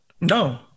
No